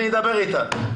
אני אדבר איתה,